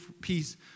peace